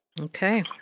Okay